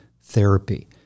therapy